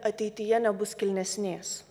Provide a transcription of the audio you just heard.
ateityje nebus kilnesnės